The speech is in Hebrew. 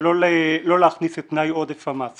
ולא להכניס את תנאי עודף המס.